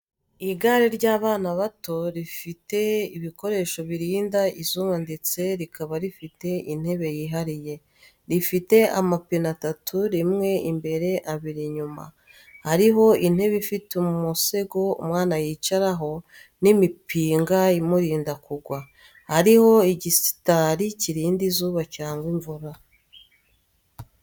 Igare rya bana bato rifite ibikoresho birinda izuba ndetse rikaba rifite intebe yihariye. Rifite amapine atatu rimwe imbere abiri inyuma hariho intebe ifite umusego umwana yicaraho, n’imipinga imurinda kugwa. Harimo igisitari kirinda izuba cyangwa imvura.